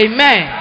Amen